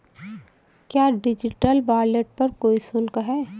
क्या digital wallet पर कोई शुल्क है?